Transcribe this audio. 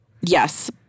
Yes